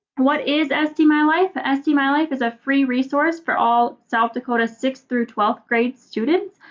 what is sdmylife? ah sdmylife is a free resource for all south dakota sixth through twelfth grade students.